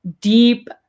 deep